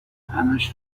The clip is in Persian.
همش